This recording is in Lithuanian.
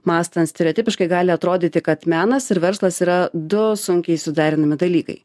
mąstant stereotipiškai gali atrodyti kad menas ir verslas yra du sunkiai suderinami dalykai